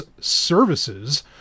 services